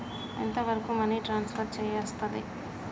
ఎంత వరకు money transfer చేయస్తది?